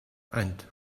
and